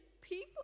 people